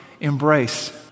embrace